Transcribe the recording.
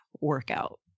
workout